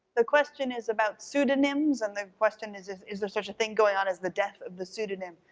the question is about pseudonyms, and the question is is is there such a thing going on as the death of the pseudonym,